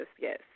Yes